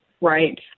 Right